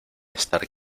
estar